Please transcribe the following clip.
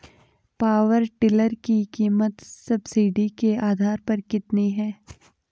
Power tiller की कीमत subsidy के आधार पर कितनी है?